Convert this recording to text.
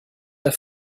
have